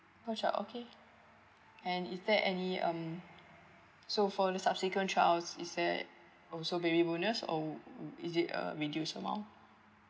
per child okay and is there any um so for the subsequent child is there also baby bonus or mm is it a reduced amount